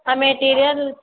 ఆ మెటీరియల్